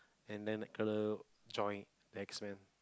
and then Night crawler joined the X-Men